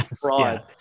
fraud